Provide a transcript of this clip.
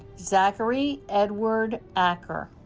zachary edward acker